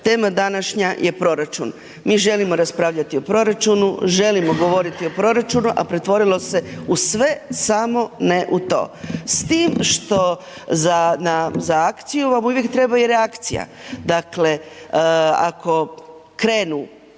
Tema današnja je proračuna, mi želimo raspravljati o proračunu, želimo govoriti o proračunu a pretvorilo u sve samo ne u to s tim što za akciju vam uvijek treba i reakcija. Dakle ako krenu,